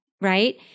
right